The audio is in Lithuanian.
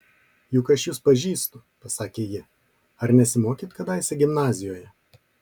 juk aš jus pažįstu pasakė ji ar nesimokėt kadaise gimnazijoje